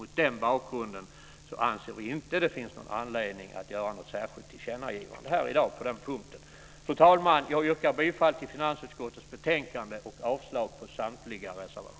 Mot den bakgrunden anser vi inte att det finns någon anledning att göra något särskilt tillkännagivande i dag på den punkten. Fru talman! Jag yrkar bifall till förslaget i finansutskottets betänkande och avslag på samtliga reservationer.